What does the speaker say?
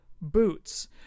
boots